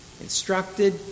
instructed